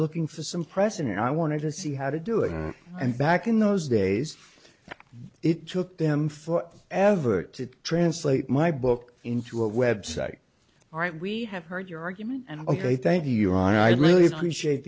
looking for some press and i wanted to see how to do it and back in those days it took them for ever to translate my book into a website all right we have heard your argument and ok thank you your honor i really appreciate